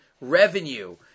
revenue